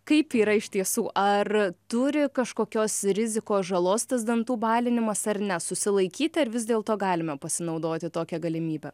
kaip yra iš tiesų ar turi kažkokios rizikos žalos tas dantų balinimas ar ne susilaikyti ar vis dėlto galime pasinaudoti tokia galimybe